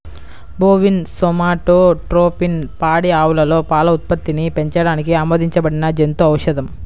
bovine somatotropin పాడి ఆవులలో పాల ఉత్పత్తిని పెంచడానికి ఆమోదించబడిన జంతు ఔషధం